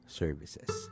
services